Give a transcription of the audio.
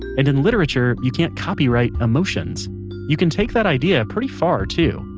and in literature you can't copyright emotions you can take that idea pretty far too.